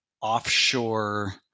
offshore